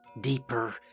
Deeper